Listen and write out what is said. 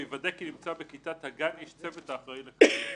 ויוודא כי נמצא בכיתת הגן איש צוות האחראי לקבלו,",